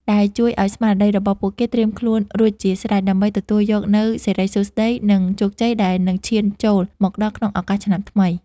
ដែលជួយឱ្យស្មារតីរបស់ពួកគេត្រៀមខ្លួនរួចជាស្រេចដើម្បីទទួលយកនូវសិរីសួស្ដី និងជោគជ័យដែលនឹងឈានចូលមកដល់ក្នុងឱកាសឆ្នាំថ្មី។